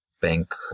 bank